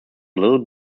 little